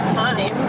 time